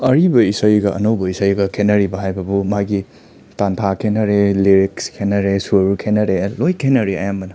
ꯑꯔꯤꯕ ꯏꯁꯩꯒ ꯑꯅꯧꯕ ꯏꯁꯩꯒ ꯈꯦꯠꯅꯔꯤꯕ ꯍꯥꯏꯕꯕꯨ ꯃꯥꯒꯤ ꯇꯥꯟꯊꯥ ꯈꯦꯠꯅꯔꯦ ꯂꯤꯔꯤꯛꯁ ꯈꯦꯠꯅꯔꯦ ꯁꯨꯔ ꯈꯦꯠꯅꯔꯦ ꯂꯣꯏ ꯈꯦꯠꯅꯔꯦ ꯑꯌꯥꯝꯕꯅ